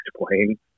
explain